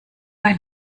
ein